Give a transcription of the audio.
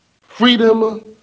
freedom